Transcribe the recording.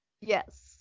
Yes